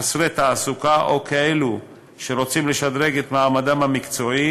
חסרי תעסוקה או כאלו שרוצים לשדרג את מעמדם המקצועי